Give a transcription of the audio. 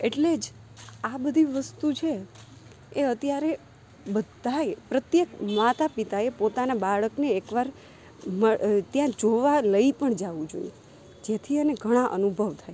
એટલે જ આ બધી વસ્તુ છે એ અત્યારે બધાંયે પ્રત્યેક માતાપિતાએ પોતાના બાળકને એક વાર મડ ત્યાં જોવા લઈ પણ જાવું જોઈએ જેથી એને ઘણા અનુભવ થાય